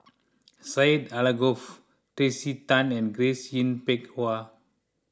Syed Alsagoff Tracey Tan and Grace Yin Peck Ha